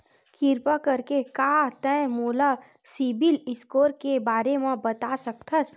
किरपा करके का तै मोला सीबिल स्कोर के बारे माँ बता सकथस?